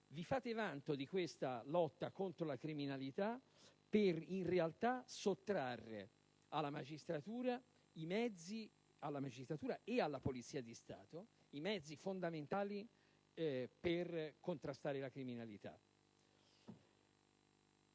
Vi fate vanto di questa lotta contro la criminalità, in realtà per sottrarre alla magistratura e alla polizia di Stato i mezzi fondamentali per contrastare la criminalità.